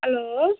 hello